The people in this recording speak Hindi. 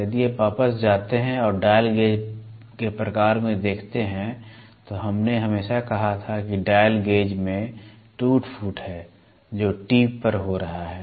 यदि आप वापस जाते हैं और डायल गेज प्रकार में देखते हैं तो हमने हमेशा कहा था कि डायल गेज में टूट फूट है जो टिप पर हो रहा है